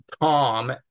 Tom